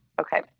Okay